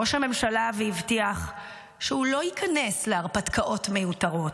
ראש הממשלה והבטיח שהוא לא ייכנס להרפתקאות מיותרות.